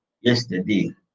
yesterday